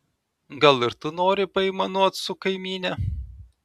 gal ir tu nori paaimanuot su kaimyne